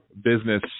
business